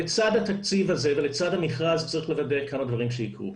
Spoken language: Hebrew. לצד התקציב הזה ולצד המכרז צריך לוודא כמה דברים שיקרו.